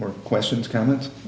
more questions comments